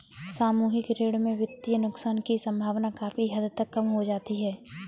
सामूहिक ऋण में वित्तीय नुकसान की सम्भावना काफी हद तक कम हो जाती है